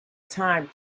time